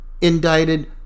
indicted